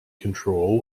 control